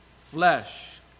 flesh